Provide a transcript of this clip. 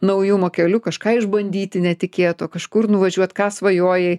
naujumo keliu kažką išbandyti netikėto kažkur nuvažiuot ką svajojai